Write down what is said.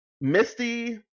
Misty